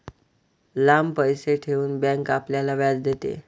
लांब पैसे ठेवून बँक आपल्याला व्याज देते